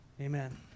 amen